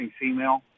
female